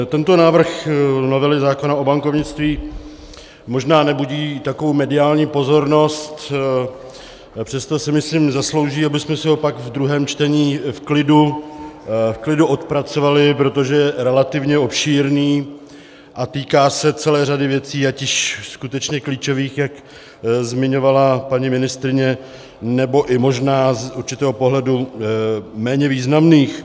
Tento návrh novely zákona o bankovnictví možná nebudí takovou mediální pozornost, přesto si myslím zaslouží, abychom si ho pak v druhém čtení v klidu odpracovali, protože je relativně obšírný a týká se celé řady věcí, ať již skutečně klíčových, jak zmiňovala paní ministryně, nebo i možná z určitého pohledu méně významných.